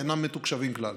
אינם מתוקשבים כלל,